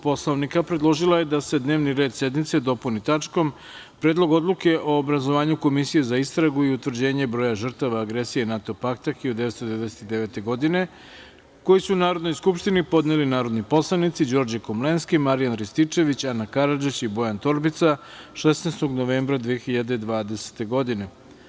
Poslovnika, predložila je da se dnevni red sednice dopuni tačkom – Predlog odluke o obrazovanju komisije za istragu i utvrđenje broja žrtava agresije NATO pakta 1999. godine, koji su Narodnoj skupštini podneli narodni poslanici Đorđe Komlenski, Marijan Rističević, Ana Karadžić i Bojan Torbica 16. novembra 2020. godine.